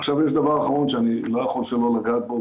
עכשיו יש דבר אחרון שאני לא יכול שלא לגעת בו,